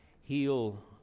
heal